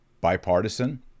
bipartisan